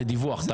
זה דיווח,